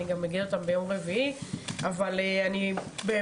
ואני גם אגיד אותם ביום רביעי.